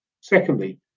Secondly